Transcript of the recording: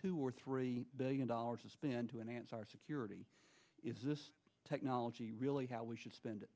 two or three billion dollars to spend to enhance our security is this technology really how we should spend it